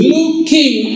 Looking